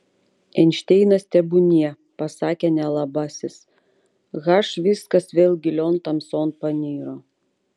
einšteinas tebūnie pasakė nelabasis h viskas vėl gilion tamson paniro